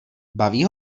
baví